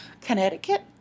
Connecticut